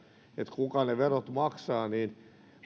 kuka ne verot maksaa niin